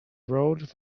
rolled